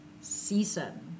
season